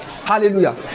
Hallelujah